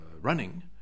running